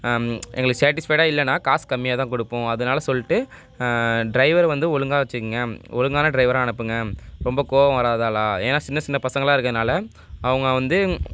எங்களுக்கு சேட்டிஸ்ஃபைடாக இல்லைனா காசு கம்மியாக தான் கொடுப்போம் அதனால சொல்லிட்டு டிரைவர் வந்து ஒழுங்கா வச்சுக்குங்க ஒழுங்கான டிரைவராக அனுப்புங்க ரொம்ப கோவம் வராத ஆளாக ஏன்னால் சின்ன சின்ன பசங்களாக இருக்கிறனால அவங்க வந்து